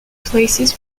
places